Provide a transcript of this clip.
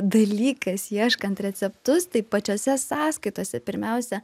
dalykas ieškant receptus tai pačiose sąskaitose pirmiausia